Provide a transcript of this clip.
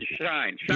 shine